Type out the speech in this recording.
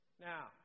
Now